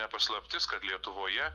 ne paslaptis kad lietuvoje